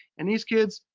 and these kids,